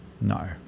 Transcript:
No